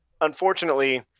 unfortunately